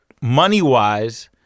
money-wise—